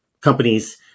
companies